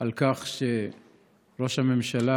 על כך שראש הממשלה